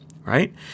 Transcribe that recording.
right